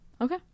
Okay